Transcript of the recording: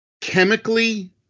chemically